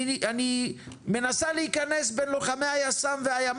אני מנסה להיכנס בין לוחמי היס"מ (יחידת הסיור